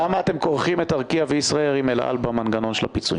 למה אתם כורכים את ארקיע וישראייר עם אל על במנגנון של הפיצויים?